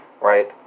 right